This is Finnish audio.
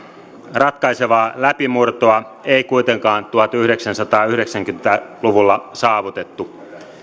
ratkaisevaa läpimurtoa ei kuitenkaan tuhatyhdeksänsataayhdeksänkymmentä luvulla saavutettu